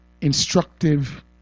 instructive